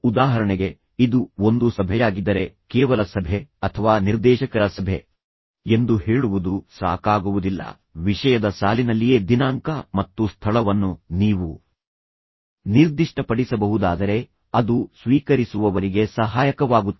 ಉದಾಹರಣೆಗೆ ಇದು ಒಂದು ಸಭೆಯಾಗಿದ್ದರೆ ಕೇವಲ ಸಭೆ ಅಥವಾ ನಿರ್ದೇಶಕರ ಸಭೆ ಎಂದು ಹೇಳುವುದು ಸಾಕಾಗುವುದಿಲ್ಲ ವಿಷಯದ ಸಾಲಿನಲ್ಲಿಯೇ ದಿನಾಂಕ ಮತ್ತು ಸ್ಥಳವನ್ನು ನೀವು ನಿರ್ದಿಷ್ಟಪಡಿಸಬಹುದಾದರೆ ಅದು ಸ್ವೀಕರಿಸುವವರಿಗೆ ಸಹಾಯಕವಾಗುತ್ತದೆ